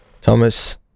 thomas